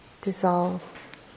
dissolve